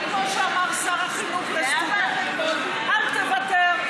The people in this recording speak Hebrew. או כמו שאמר שר החינוך לסטודנט: אל תוותר.